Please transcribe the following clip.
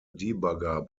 debugger